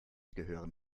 gehören